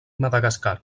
madagascar